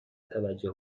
توجه